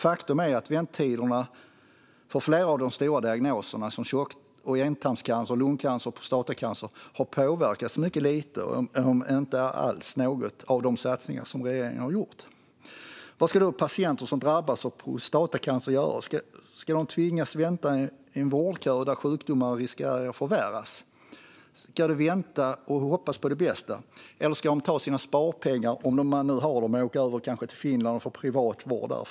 Faktum är att väntetiderna för flera av de vanligaste cancerformerna, såsom tjocktarmscancer, ändtarmscancer, lungcancer och prostatacancer, har påverkats mycket lite eller inte alls av de satsningar regeringen har gjort. Vad ska då de patienter som drabbats av prostatacancer göra? Ska de tvingas vänta i en vårdkö och riskera att sjukdomen förvärras? Ska de vänta och hoppas på det bästa? Eller ska de ta sina sparpengar, om de har några, och åka till exempelvis Finland och få privat vård där?